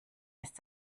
ist